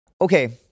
okay